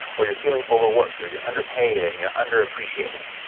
or you're feeling overworked, or you're underpaid, and you're under appreciated.